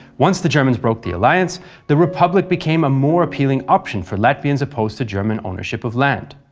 once the germans broke the alliance the republic became a more appealing option for latvians opposed to german ownership of land.